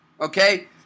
Okay